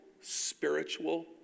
spiritual